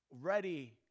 ready